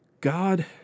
God